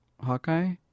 Hawkeye